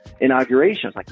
inauguration